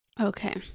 Okay